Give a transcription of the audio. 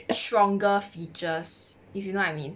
stronger features if you know what I mean